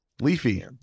Leafy